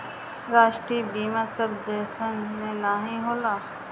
राष्ट्रीय बीमा सब देसन मे नाही होला